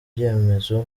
byemezo